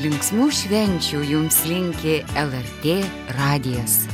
linksmų švenčių jums linki lrt radijas